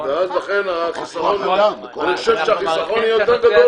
ואז אני חושב שהחיסכון יותר גדול.